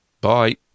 Bye